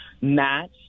Match